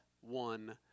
one